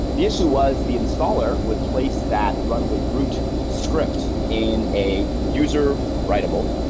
the issue was the installer would place that run with root script in a user writable,